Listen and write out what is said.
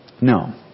No